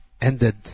ended